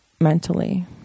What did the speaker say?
mentally